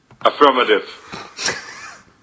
Affirmative